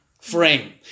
frame